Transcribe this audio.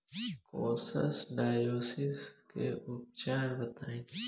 Coccidiosis के उपचार बताई?